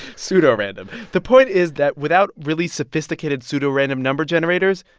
pseudorandom. the point is that without really sophisticated pseudorandom number generators,